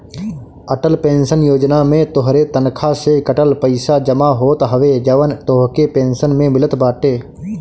Atal pension योजना में तोहरे तनखा से कटल पईसा जमा होत हवे जवन तोहके पेंशन में मिलत बाटे